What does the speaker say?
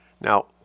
Now